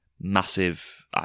massive